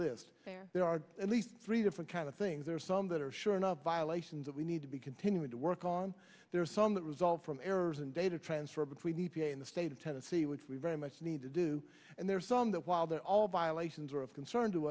list there are at least three different kind of things there are some that are sure not violations that we need to be continuing to work on there are some that result from errors and data transfer between e p a in the state of tennessee which we very much need to do and there are some that while they're all violations are of concern to